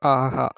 ஆஹா